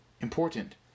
important